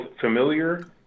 familiar